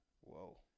Whoa